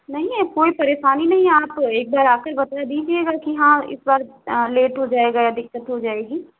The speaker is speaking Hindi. नहीं है कोई परेशानी नहीं है आप एक बार आकर बता दीजिएगा कि हाँ इस बार लेट हो जाएगा या दिक्कत हो जाएगी